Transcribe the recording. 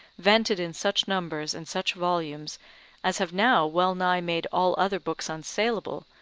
vented in such numbers, and such volumes as have now well nigh made all other books unsaleable,